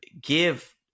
give